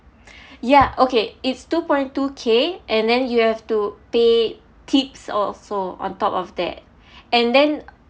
ya okay it's two point two K and then you have to pay tips or so on top of that and then